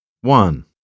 One